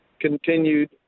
continued